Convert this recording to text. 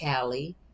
Callie